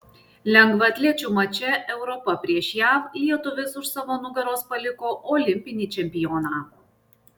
lengvaatlečių mače europa prieš jav lietuvis už savo nugaros paliko olimpinį čempioną